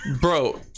bro